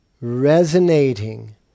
resonating